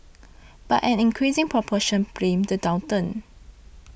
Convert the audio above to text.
but an increasing proportion blamed the downturn